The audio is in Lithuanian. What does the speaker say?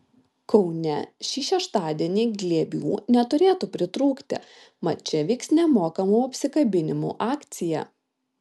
kaune šį šeštadienį glėbių neturėtų pritrūkti mat čia vyks nemokamų apsikabinimų akcija